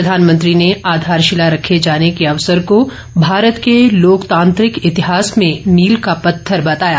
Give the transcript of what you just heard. प्रधानमंत्री ने आधारशिला रखे जाने के अवसर को भारत के लोकतांत्रिक इतिहास में मील का पत्थर बताया